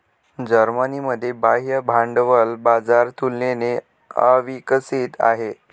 जर्मनीमध्ये बाह्य भांडवल बाजार तुलनेने अविकसित आहे